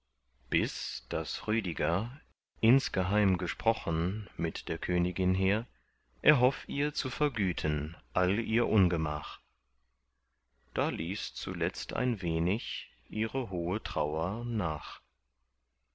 bis daß rüdiger insgeheim gesprochen mit der königin hehr e hoff ihr zu vergüten all ihr ungemach da ließ zuletzt ein wenig ihre hohe trauer nach